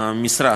המשרד,